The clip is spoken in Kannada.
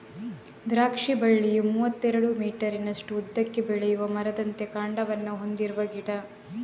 ದ್ರಾಕ್ಷಿ ಬಳ್ಳಿಯು ಮೂವತ್ತೆರಡು ಮೀಟರಿನಷ್ಟು ಉದ್ದಕ್ಕೆ ಬೆಳೆಯುವ ಮರದಂತೆ ಕಾಂಡವನ್ನ ಹೊಂದಿರುವ ಗಿಡ